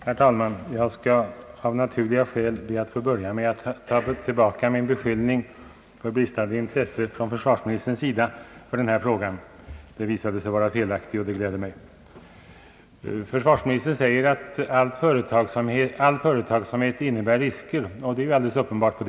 Herr talman! Jag skall av naturliga skäl be att få börja med att ta tillbaka min beskyllning för bristande intresse från försvarsministerns sida. Den visade sig vara felaktig. Försvarsministern säger att all företagsamhet innebär risker, och det är alldeles uppenbart så.